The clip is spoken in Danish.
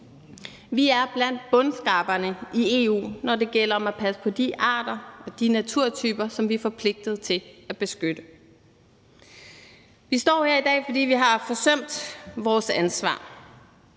Vi er blandt bundskraberne i EU, når det gælder om at passe på de arter og de naturtyper, som vi er forpligtet til at beskytte. Vi står her i dag, fordi vi har forsømt vores ansvar.